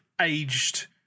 aged